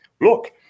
look